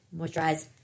moisturize